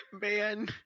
Man